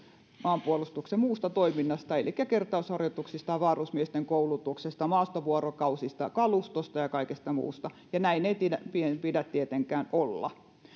maanpuolustuksen muusta toiminnasta elikkä kertausharjoituksista varusmiesten koulutuksesta maastovuorokausista kalustosta ja kaikesta muusta näin ei pidä tietenkään olla